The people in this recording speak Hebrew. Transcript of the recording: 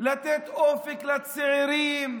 לתת אופק לצעירים,